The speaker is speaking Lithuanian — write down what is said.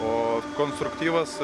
o konstruktyvas